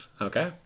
Okay